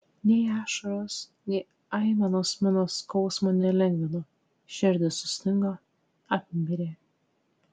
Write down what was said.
nei ašaros nei aimanos mano skausmo nelengvino širdis sustingo apmirė